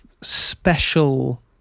special